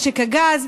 משק הגז.